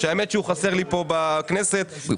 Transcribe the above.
שהאמת שהוא חסר לי פה בכנסת --- גם לי.